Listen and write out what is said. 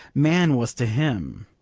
man was to him.